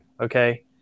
okay